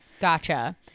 Gotcha